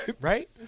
Right